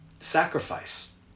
sacrifice